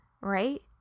right